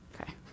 Okay